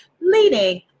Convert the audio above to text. leading